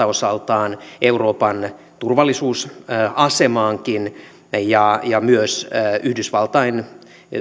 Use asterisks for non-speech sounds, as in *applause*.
*unintelligible* osaltaan euroopan turvallisuusasemaankin ja ja myös yhdysvaltain